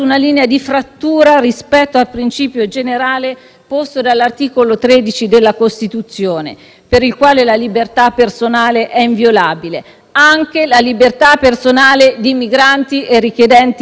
per il quale la libertà personale è inviolabile, quindi anche la libertà personale di migranti e richiedenti asilo, e può essere limitata solo con provvedimento dell'autorità giudiziaria.